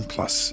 Plus